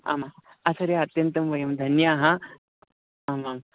आमाम् आचार्याः अत्यन्तं वयं धन्याः आमां